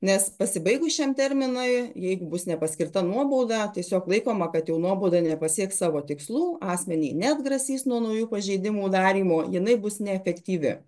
nes pasibaigus šiam terminui jeigu bus nepaskirta nuobauda tiesiog laikoma kad jau nuobauda nepasieks savo tikslų asmenį neatgrasys nuo naujų pažeidimų darymo jinai bus neefektyvi